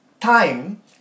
time